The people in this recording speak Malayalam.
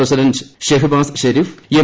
president Shehbaz Sharif M